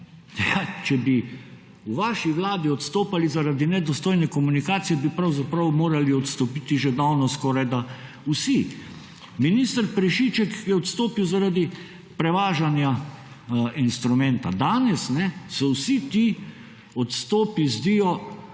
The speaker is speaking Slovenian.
če bi v vaši vladi odstopali zaradi nedostojne komunikacije bi pravzaprav morali odstopiti že davno skorajda vsi. Minister Prešiček je odstopil zaradi prevažanja instrumenta. Danes so vsi ti odstopi zdijo